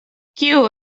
kiu